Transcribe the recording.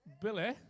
Billy